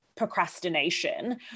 Procrastination